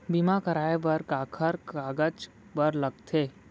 बीमा कराय बर काखर कागज बर लगथे?